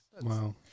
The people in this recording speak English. Wow